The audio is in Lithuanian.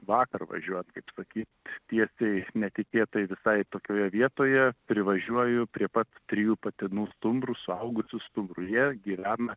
vakar važiuojant kaip sakyt tiesiai netikėtai visai atokioje vietoje privažiuoju prie pat trijų patinų stumbrų suaugusių stumbrų jie gyvena